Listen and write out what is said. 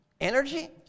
Energy